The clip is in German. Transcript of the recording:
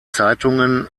zeitungen